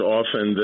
often